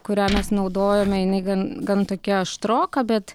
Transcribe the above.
kurią mes naudojome jinai gan gan tokia aštroka bet